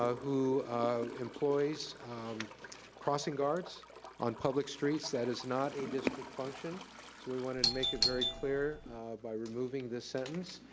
who employs crossing guards on public streets. that is not a district function. so we wanted to make it very clear by removing this sentence.